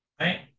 right